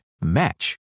match